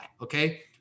okay